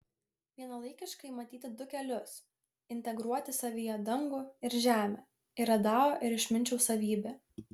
vienalaikiškai matyti du kelius integruoti savyje dangų ir žemę yra dao ir išminčiaus savybė